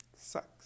sucks